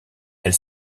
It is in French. elle